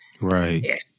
Right